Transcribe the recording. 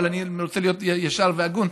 אבל אני רוצה להיות ישר והגון,